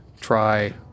try